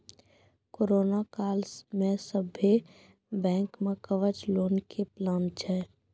corona काल मे सभ्भे बैंक मे कवच लोन के प्लान छै